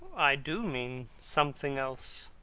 i do mean something else.